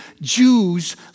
Jews